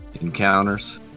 encounters